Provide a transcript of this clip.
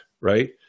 right